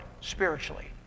spiritually